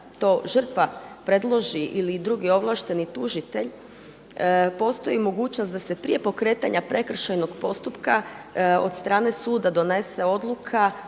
to žrtva predloži ili drugi ovlašteni tužitelj postoji mogućnost da se prije pokretanja prekršajnog postupka od strane suda donese odluka